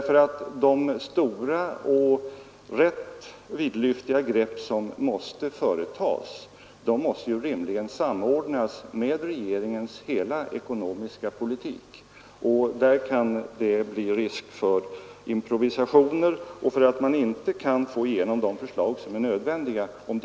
De stora och rätt vidlyftiga grepp som måste tas måste ju rimligen också samordnas med regeringens ekonomiska politik i stort. Om en sådan samordning inte sker, kan det bli risk för improvisationer, och det kan tänkas att man då inte får igenom de förslag som är nödvändiga.